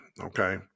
Okay